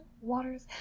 Waters